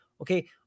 okay